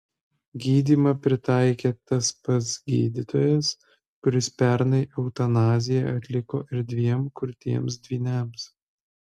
gydymą pritaikė tas pats gydytojas kuris pernai eutanaziją atliko ir dviem kurtiems dvyniams